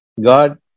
God